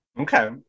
Okay